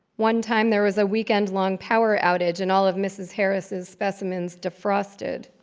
one time, there was a weekend-long power outage, and all of mrs. harris's specimens defrosted.